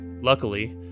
luckily